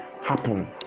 happen